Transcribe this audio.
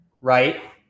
right